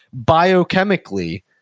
biochemically